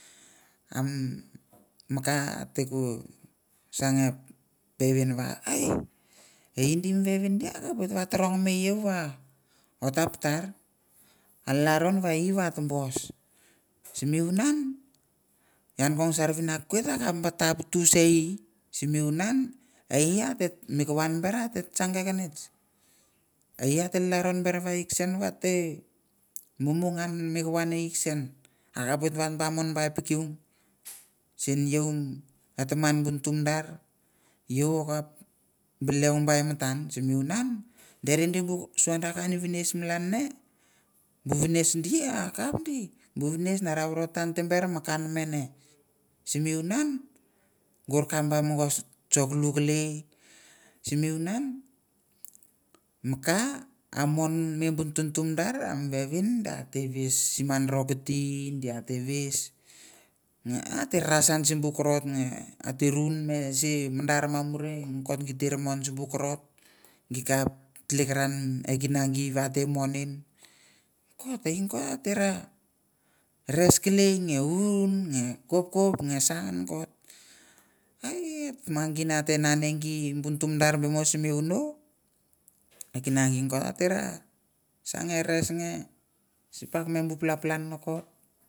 Anim ma ka ate ko sa nge peven va, ai e i di mi vevin di akapoit na rongme iau va ot ta patar, ma lalron va e i va ta boss, simi vunan ian kong sar vinakoit akap ba ta putu se i, simi vunan e i at mi kovan ber ate tsang kekenets, e i ate lalron ber va e i kesen vat te mumu ngan mi kovon e i kesen, akapoit vat ba mon ba i pikiung. Sen iau e taman bu nutu madar bu sua da kain vines malan ne, bu vines di akap di, bu vines na ra vorotan te ber mi ka namene, simi vunan gor kap ba mogos tsok lu kelei, simi vunan mi ka a mon me bu ntuntu madar a mi vevin ate ves siman ro kiti di ate ves a ate rasan simbu korot ne ate un me se madar manure nokot git te ra mon simbu korot, gi kap tlekiran e kina ngi ive ate mon en. Nokot e i nokot ate ra res kelei nge nge un, nge kopkop nge sa nokot a- i- e tama gi ne ate nane gi bu ntu madar mo sim vono, e kina gi nokot ate ra sa nge res nge sipak me bu palapalan nokot.